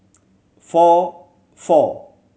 four four